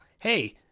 Hey